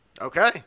Okay